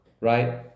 right